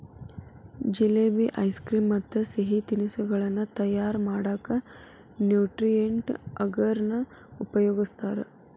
jalebi, ice cream ಮತ್ತ್ ಸಿಹಿ ತಿನಿಸಗಳನ್ನ ತಯಾರ್ ಮಾಡಕ್ ನ್ಯೂಟ್ರಿಯೆಂಟ್ ಅಗರ್ ನ ಉಪಯೋಗಸ್ತಾರ